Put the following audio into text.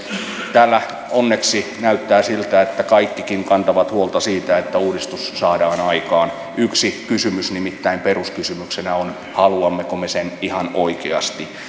täällä onneksi näyttää siltä että kaikkikin kantavat huolta siitä että uudistus saadaan aikaan yksi kysymys nimittäin peruskysymyksenä on haluammeko me sen ihan oikeasti